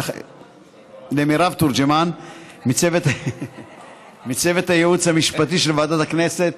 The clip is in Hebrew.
למרב תורג'מן מצוות הייעוץ המשפטי של ועדת הכנסת,